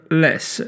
less